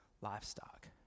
livestock